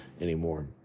anymore